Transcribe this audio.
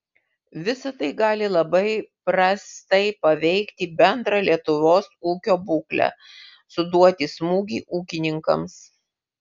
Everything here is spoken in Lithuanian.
visa tai gali labai prastai paveikti bendrą lietuvos ūkio būklę suduoti smūgį ūkininkams